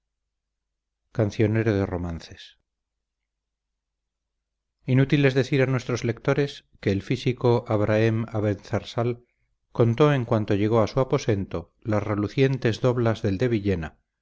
inútil es decir a nuestros lectores que el físico abrahem abenzarsal contó en cuanto llegó a su aposento las relucientes doblas del de villena